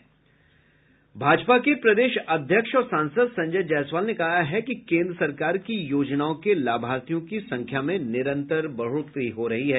भाजपा के प्रदेश अध्यक्ष और सांसद संजय जायसवाल ने कहा है कि केन्द्र सरकार की योजनाओं के लाभार्थियों की संख्या में निरंतर बढ़ोतरी हो रही है